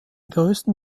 größten